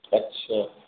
अच्छा